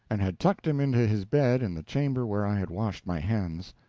and had tucked him into his bed in the chamber where i had washed my hands.